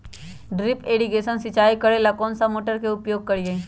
Drip irrigation सिंचाई करेला कौन सा मोटर के उपयोग करियई?